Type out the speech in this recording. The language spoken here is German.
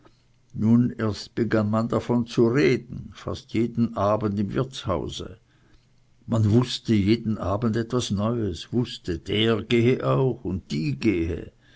nun erst begann man davon zu reden fast jeden abend im wirtshause man wußte jeden abend etwas neues wußte der gehe auch und die gehe